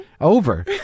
over